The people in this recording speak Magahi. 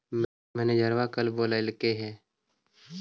मैनेजरवा कल बोलैलके है?